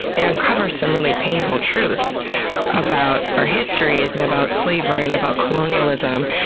it it uncovers some really painful truths about our histories, and about slavery, and about colonialism.